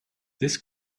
this